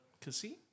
casino